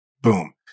Boom